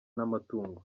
n’amatungo